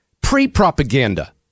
pre-propaganda